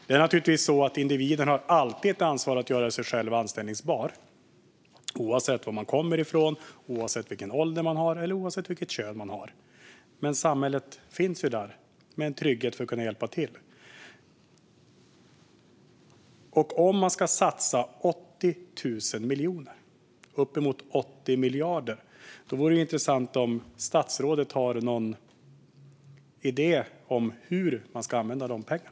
Det är naturligtvis så att individen alltid har ett ansvar att göra sig själv anställbar, oavsett varifrån man kommer, vilken ålder man har och vilket kön man har. Men samhället finns ju där med en trygghet för att kunna hjälpa till. Om man ska satsa 80 000 miljoner - uppemot 80 miljarder - vore det intressant om statsrådet hade någon idé om hur man ska använda dessa pengar.